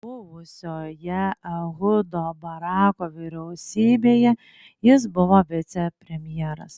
buvusioje ehudo barako vyriausybėje jis buvo vicepremjeras